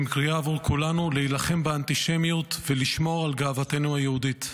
הם קריאה בעבור כולנו להילחם באנטישמיות ולשמור על גאוותנו היהודית.